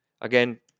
Again